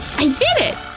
i did it!